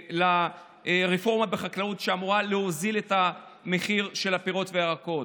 שקשורים לרפורמה בחקלאות שאמורה להוזיל את הפירות והירקות.